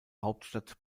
hauptstadt